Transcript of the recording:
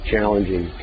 Challenging